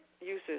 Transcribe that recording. uses